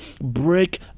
break